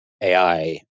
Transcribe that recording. AI